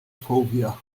phobia